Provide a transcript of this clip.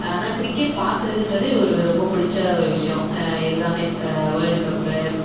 ஆனால் கிரிக்கெட் பார்க்குறதுன்றது ஒரு ரொம்ப பிடிச்ச ஒரு விஷியம் எல்லாமே வேர்ல்டு கப்பு